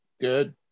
Good